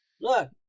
Look